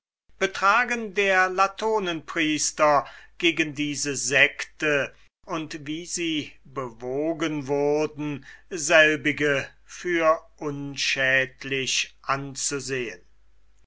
betragen der latonenpriester gegen diese secte und wie sie bewogen wurden selbige für unschädlich anzusehen